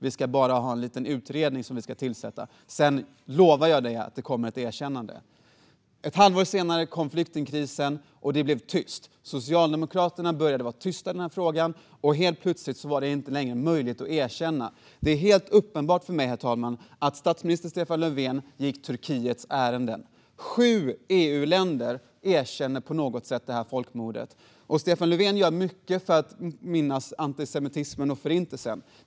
Vi ska bara ha en liten utredning först som vi ska tillsätta. Sedan lovar jag dig att det kommer ett erkännande. Ett halvår senare kom flyktingkrisen, och det blev tyst. Socialdemokraterna började vara tysta i den här frågan. Helt plötsligt var det inte längre en möjlighet att erkänna folkmordet. Det är helt uppenbart för mig, herr talman, att statsminister Stefan Löfven gick Turkiets ärenden. Sju EU-länder erkänner på något sätt folkmordet seyfo. Stefan Löfven gör mycket för att minnas antisemitismen och Förintelsen.